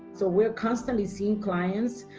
so we're constantly seeing clients.